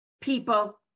People